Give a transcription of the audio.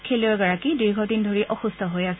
খেলুৱৈগৰাকী দীৰ্ঘদিন ধৰি অসুস্থ হৈ আছিল